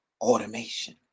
Automation